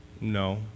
No